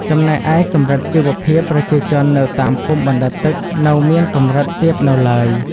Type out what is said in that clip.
ចំណែកឯ កម្រិតជីវភាពប្រជាជននៅតាមភូមិបណ្ដែតទឹក នៅមានកម្រិតទាបនៅឡើយ។